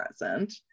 present